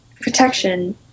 protection